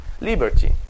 liberty